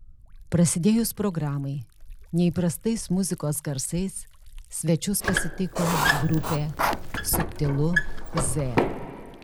prasidėjus programai neįprastais muzikos garsais svečius pasitiko grupė subtilu z